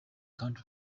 county